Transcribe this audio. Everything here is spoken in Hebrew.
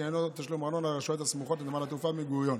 שעניינו תשלום ארנונה לרשויות הסמוכות לנמל התעופה בן-גוריון.